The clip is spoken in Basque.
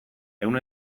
ehun